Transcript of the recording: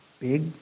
big